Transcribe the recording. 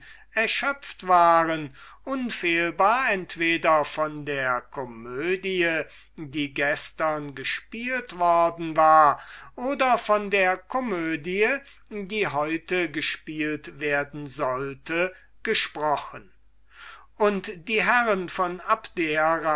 erschöpft waren unfehlbar entweder von der komödie die gestern gespielt worden oder von der komödie die heute gespielt werden sollte gesprochen und die herren von abdera